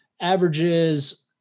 averages